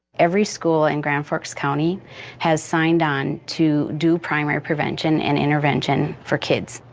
every school in grand forks county has signed on to do primary prevention and intervention for kids.